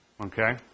Okay